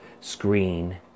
screen